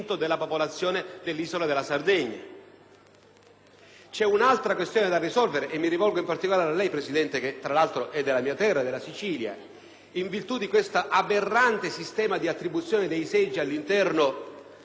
è un'ulteriore questione da risolvere e mi rivolgo in particolare a lei, signor Presidente, che tra l'altro è della mia terra, la Sicilia: in virtù di questo aberrante sistema di attribuzione dei seggi all'interno dei singoli partiti,